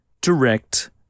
direct